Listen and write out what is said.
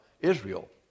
Israel